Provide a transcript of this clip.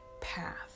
path